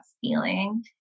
feeling